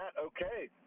okay